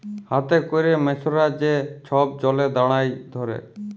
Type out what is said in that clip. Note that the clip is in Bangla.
হাতে ক্যরে মেছরা যে ছব জলে দাঁড়ায় ধ্যরে